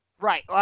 Right